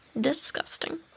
disgusting